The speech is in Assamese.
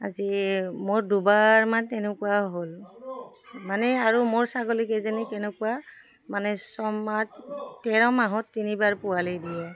আজি মোৰ দুবাৰমান তেনেকুৱা হ'ল মানে আৰু মোৰ ছাগলীকেইজনী কেনেকুৱা মানে ছমাহ তেৰ মাহত তিনিবাৰ পোৱালি দিয়ে